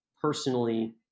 Personally